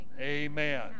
Amen